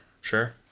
Sure